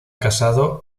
casado